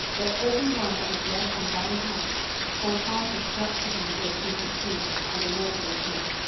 that every one that is left in thine house shall come and crouch to him for a piece of silver and a morsel of bread,